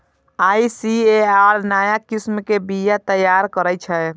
ICAR नया किस्म के बीया तैयार करै छै